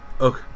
Okay